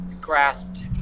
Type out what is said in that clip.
grasped